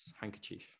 handkerchief